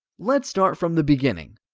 let's start from the beginning.